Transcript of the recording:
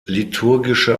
liturgische